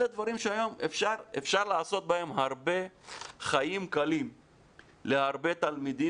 אלה דברים שאפשר לעשות בהם חיים קלים להרבה תלמידים